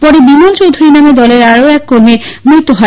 পরে বিমল চৌধুরী নামে দলের আরও এক কর্মীর মৃত্যু হয়